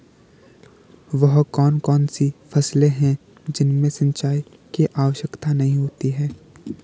वह कौन कौन सी फसलें हैं जिनमें सिंचाई की आवश्यकता नहीं है?